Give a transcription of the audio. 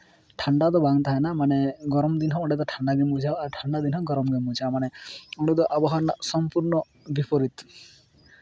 ᱴᱷᱟᱱᱰᱟ ᱫᱚ ᱵᱟᱝ ᱛᱟᱦᱮᱱᱟ ᱢᱟᱱᱮ ᱜᱚᱨᱚᱢ ᱫᱤᱱᱦᱚᱸ ᱚᱸᱰᱮ ᱫᱚ ᱴᱷᱟᱱᱰᱟ ᱜᱮᱢ ᱵᱩᱡᱷᱟᱹᱣᱟ ᱴᱷᱟᱱᱰᱟ ᱫᱤᱱᱦᱚᱸ ᱜᱚᱨᱚᱢ ᱜᱮᱢ ᱵᱩᱡᱟ ᱢᱟᱱᱮ ᱚᱸᱰᱮ ᱫᱚ ᱟᱵᱚᱦᱟᱣᱟ ᱨᱮᱱᱟᱜ ᱥᱚᱢᱯᱩᱨᱱᱚ ᱵᱤᱯᱚᱨᱤᱛ